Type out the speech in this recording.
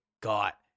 got